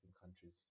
countries